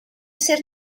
ser